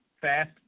fast